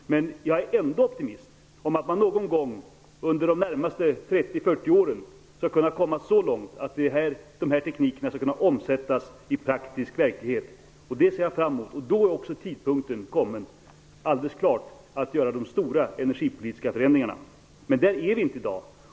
Jag är ändå optimist och tror att man någon gång under de närmaste 30-- 40 åren skall kunna komma så långt att dessa tekniker kan omsättas i praktisk verklighet. Det ser jag fram emot. Då är också tidpunkten kommen att göra de stora energipolitiska förändringarna. Där är vi inte i dag.